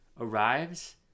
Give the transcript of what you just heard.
arrives